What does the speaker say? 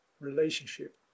relationship